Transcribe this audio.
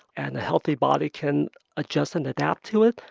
and a healthy body can adjust and adapt to it,